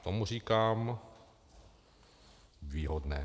Tomu říkám výhodné.